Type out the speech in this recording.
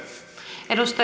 arvoisa